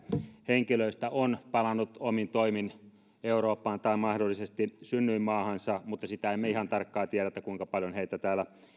henkilöistä on palannut omin toimin eurooppaan tai mahdollisesti synnyinmaahansa mutta sitä emme ihan tarkkaan tiedä kuinka paljon heitä täällä